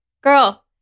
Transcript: Girl